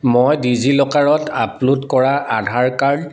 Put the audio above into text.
মই ডিজিলকাৰত আপলোড কৰা আধাৰ কাৰ্ড